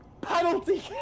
penalty